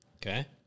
Okay